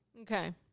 okay